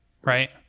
Right